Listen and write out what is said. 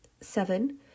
Seven